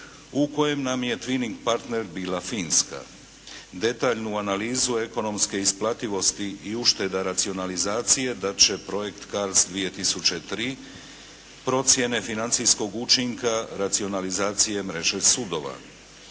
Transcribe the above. u kojem nam je twining partner bila Finska, detaljnu analizu ekonomske isplativosti i ušteda racionalizacije da će projekt CARDS 2003, procjene financijskog učinka, racionalizacije mreže sudova.